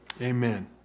Amen